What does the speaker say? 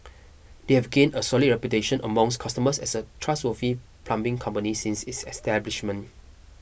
they have gained a solid reputation amongst customers as a trustworthy plumbing company since its establishment